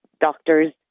doctors